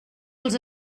els